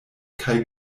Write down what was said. kaj